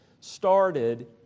started